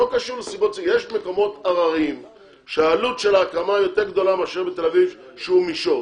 יש מקומות הררים שעלות של ההקמה יותר גדולה מאשר בתל אביב שהוא מישור,